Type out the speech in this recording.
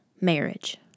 marriage